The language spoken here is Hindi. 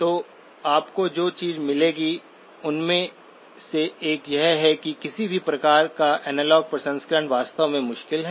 तो आपको जो चीजें मिलेंगी उनमें से एक यह है कि किसी भी प्रकार का एनालॉग प्रसंस्करण वास्तव में मुश्किल है